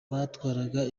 batwaraga